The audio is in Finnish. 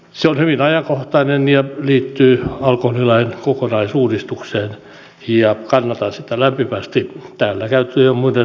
se on hyvin ajankohtainen ja liittyy alkoholilain kokonaisuudistukseen ja kannatan sitä lämpimästi täällä käytettyjen muiden puheenvuorojen tapaan